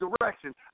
direction